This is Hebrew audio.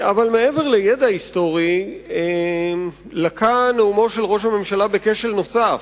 אבל מעבר לידע היסטורי לקה נאומו של ראש הממשלה בכשל נוסף.